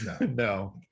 no